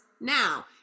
now